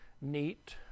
neat